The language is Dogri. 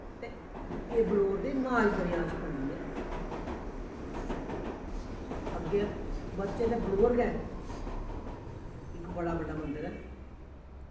ते एह् बलौर दे नाज दरिया च पौंदी ऐ ते अग्गें बधचै ते बलौर गै इक बड़ा बड्डा मन्दर ऐ